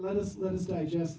let us let us digest